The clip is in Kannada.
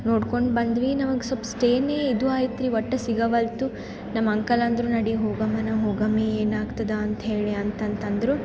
ನೋಡ್ಕೊಂಡು ಬಂದ್ವಿ ನಮ್ಗೆ ಸ್ವಲ್ಪ್ ಸ್ಟೇನೇ ಇದು ಐತ್ರಿ ಒಟ್ಟು ಸಿಗವಲ್ತು ನಮ್ಮ ಅಂಕಲ್ ಅಂದರು ನಡಿ ಹೋಗಮ ನಾವು ಹೋಗಮ್ಮಿ ಏನು ಆಗ್ತದ ಅಂತ ಹೇಳಿ ಅಂತಂತಂದರು